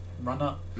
run-up